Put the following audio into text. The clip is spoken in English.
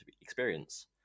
experience